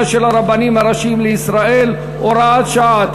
של הרבנים הראשיים לישראל) (הוראת שעה),